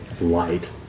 light